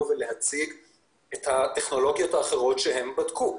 ולהציג את הטכנולוגיות האחרות שהם בדקו.